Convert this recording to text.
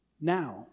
Now